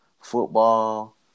football